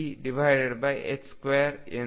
2mE2 ಎಂದು